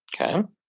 Okay